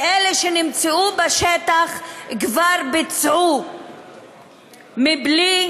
ואלה שנמצאו בשטח כבר ביצעו מבלי